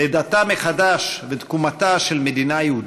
לידתה מחדש ותקומתה של מדינה יהודית.